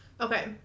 Okay